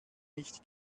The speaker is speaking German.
nicht